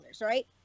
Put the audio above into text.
right